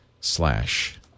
slash